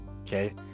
okay